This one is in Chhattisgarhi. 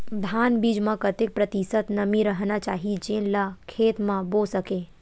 धान बीज म कतेक प्रतिशत नमी रहना चाही जेन ला खेत म बो सके?